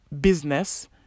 business